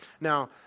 Now